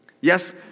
Yes